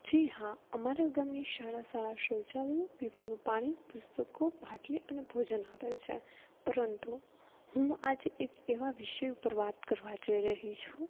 જી હા અમારા ગામની શાળા સારા શૌચાલયો પીવાનું પાણી પુસ્તકો પાટલી અને ભોજન આપે છે પરંતુ હું આજે એક એવા વિષય ઉપર વાત કરવા જઈ રહી છું